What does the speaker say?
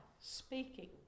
speaking